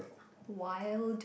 wild